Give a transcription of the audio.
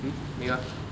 hmm 没有啊